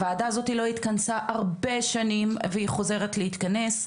הוועדה הזאת לא התכנסה הרבה שנים והיא חוזרת להתכנס,